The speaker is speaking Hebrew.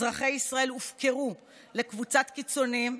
אזרחי ישראל הופקרו לקבוצת קיצוניים,